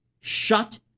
shut